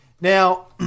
Now